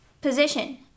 position